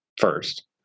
first